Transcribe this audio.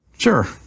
Sure